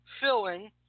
filling